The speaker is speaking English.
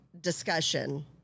discussion